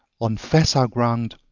on facile ground,